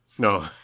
No